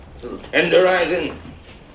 tenderizing